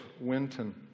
Winton